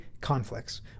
conflicts